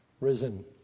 risen